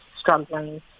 struggling